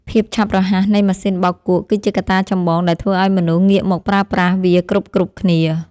ភាពឆាប់រហ័សនៃម៉ាស៊ីនបោកគក់ គឺជាកត្តាចម្បងដែលធ្វើឱ្យមនុស្សងាកមកប្រើប្រាស់វាគ្រប់ៗគ្នា។